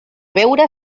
veure